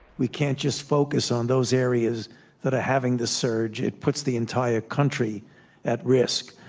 we can't just focus on those areas that are having the surge. it puts the entire country at risk.